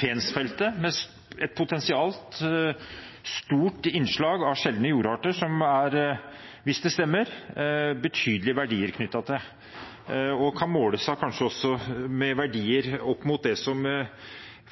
Fensfeltet, med stort innslag av sjeldne jordarter, som det er – hvis det stemmer – betydelige verdier knyttet til, og som kanskje også kan måle seg opp mot verdiene